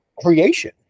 creation